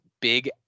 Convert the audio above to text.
Big